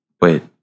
Wait